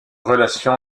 relation